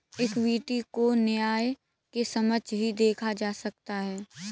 equity को न्याय के समक्ष ही देखा जा सकता है